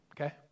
okay